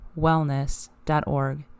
wellness.org